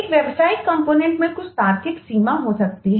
एक व्यावसायिक कंपोनेंट में आ रहे हैं